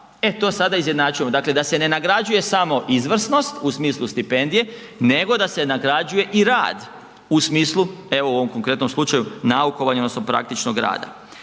E, to sada izjednačujemo, dakle da se ne nagrađuje samo izvrsnost u smislu stipendije, nego da se nagrađuje i rad u smislu, evo, ovom konkretnom slučaju, naukovanja odnosno praktičnog rada.